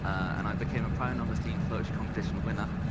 and i became a prime number-themed poetry competition winner,